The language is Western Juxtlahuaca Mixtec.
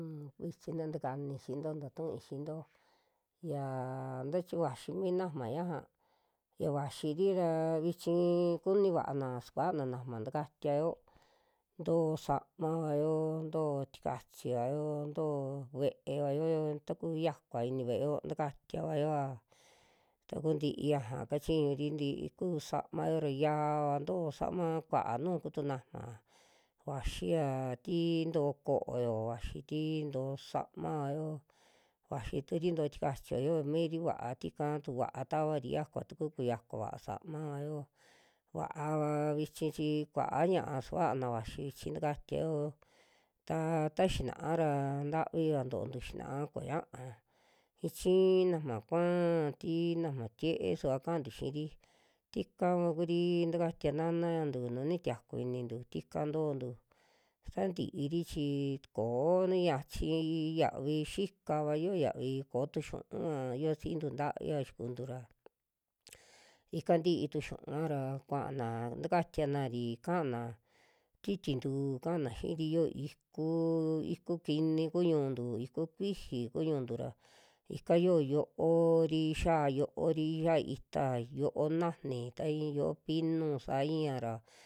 Un vichi na takani xiinto ntaa tu'ui xiinto, yaa tachiñu vaxi mi najma ñaja, ya vaxiri ra vichi i'i kunivana sukuana najma takatiao, ntoo kamavao, ntoo tikachiao, ntoo ve'evao taku yiakua ini ve'eo takatiavaoa takuntii ñaja kachiñuri, tiku samayo ra yia'a ntoo sama, kua nuju kutu najma vaxi ya tii ntoo ko'yo vaxi ti ntoo samayo, vaturi ntoo tikachio yoo miri va'a tikatu va'a tavari yakua tuku kuxiakua vaa samayo, va'ava vichi chi kua'a ña'a suvaana vaxi chi takatiao taa ta xina'a ra ntaviva to'ontu xinaa kuñaa, i'i chii najma kua'a ti najma tie'e suva ka'antu xiiri tikava kuri takatiantu nanantu nu nitiaku inintu tika ntoontu, sa ntiiri chi koo niyachi yavi xikava yo'o yavi, kooyu xiu'ua yuvasintu ntavia xikuntu ra ika ntii tu xu'uva ra kua'ana takatiana'ri kana ti tintuu, kana xi'iri yoo ikuu, iku kini kuu ñu'untu iku kuixi ku ñu'untu ra ika yoo yo'ori xaa yo'ori xaa itari, yo'ó najni ta iin yo'ó pinu saa iña ra.